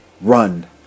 run